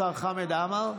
השר חמד עמאר?